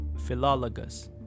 Philologus